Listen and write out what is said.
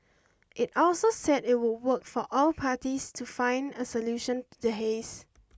it also said it would work with all parties to find a solution to the haze